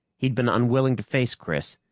he'd been unwilling to face chris.